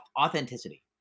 authenticity